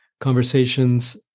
conversations